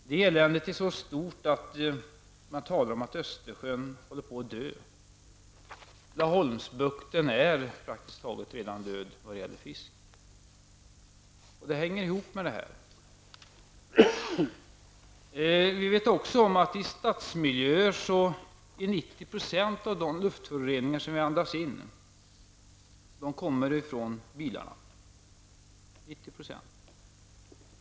Det elände är så stort att man talar om att Östersjön håller på att dö. Laholmsbukten är praktiskt taget redan död när det gäller fisk. Det hänger ihop med detta. Vi vet också om att 90 % av luftföroreningarna som vi andas in i stadsmiljön kommer från bilarna.